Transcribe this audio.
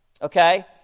Okay